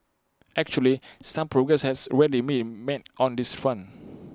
actually some progress has already been made on this front